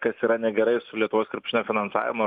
kas yra negerai su lietuvos krepšinio finansavimu